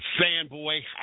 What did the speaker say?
fanboy